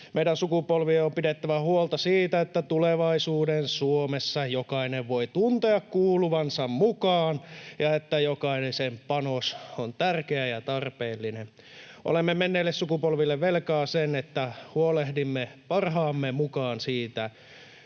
Meidän sukupolviemme on pidettävä huolta siitä, että tulevaisuuden Suomessa jokainen voi tuntea kuuluvansa mukaan ja että jokaisen panos on tärkeä ja tarpeellinen. Olemme menneille sukupolville velkaa sen, että huolehdimme parhaamme mukaan siitä